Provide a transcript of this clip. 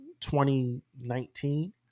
2019